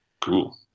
Cool